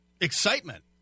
excitement